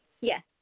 yes